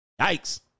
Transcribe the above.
yikes